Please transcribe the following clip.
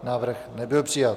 Návrh nebyl přijat.